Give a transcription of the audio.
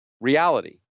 reality